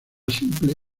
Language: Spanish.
simple